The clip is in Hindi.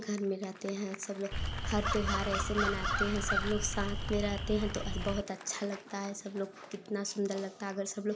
घर में रहते हैं सब लोग हर त्योहार ऐसे मनाते हैं सब लोग साथ में रहते हैं तो बहुत अच्छा लगता है सब लोग कितना सुंदर लगता अगर सब लोग